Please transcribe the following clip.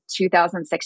2016